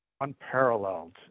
unparalleled